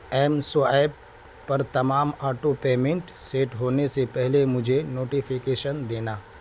M swipe پر تمام auto payment set ہونے سے پہلے مجھے نوٹیفیکیشن دینا